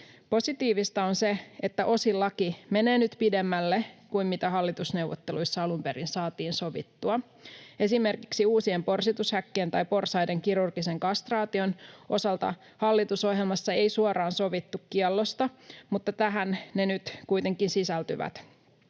Positiivista on se, että osin laki menee nyt pidemmälle kuin mitä hallitusneuvotteluissa alun perin saatiin sovittua. Esimerkiksi uusien porsitushäkkien tai porsaiden kirurgisen kastraation osalta hallitusohjelmassa ei suoraan sovittu kiellosta, mutta tähän ne nyt kuitenkin sisältyvät.